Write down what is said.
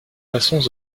passons